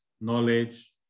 knowledge